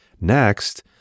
Next